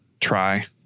try